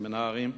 בסמינרים,